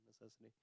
necessity